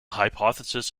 hypothesis